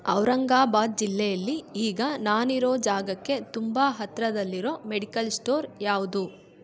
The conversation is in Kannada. ಔರಂಗಾಬಾದ್ ಜಿಲ್ಲೆಯಲ್ಲಿ ಈಗ ನಾನಿರೋ ಜಾಗಕ್ಕೆ ತುಂಬ ಹತ್ತಿರದಲ್ಲಿರೋ ಮೆಡಿಕಲ್ ಸ್ಟೋರ್ ಯಾವುದು